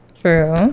True